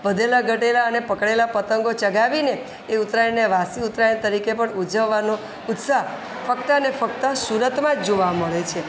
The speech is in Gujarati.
વધેલા ઘટેલા અને પકડેલાં પતંગો ચગાવીને એ ઉત્તરાયણને વાસી ઉત્તરાયણ તરીકે પણ ઉજવવાનો ઉત્સાહ ફક્ત અને ફક્ત સુરતમાં જ જોવા મળે છે